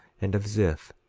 and of ziff,